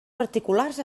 particulars